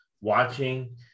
watching